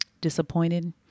Disappointed